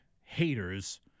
haters –